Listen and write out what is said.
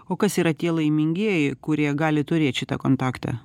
o kas yra tie laimingieji kurie gali turėt šitą kontaktą